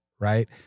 right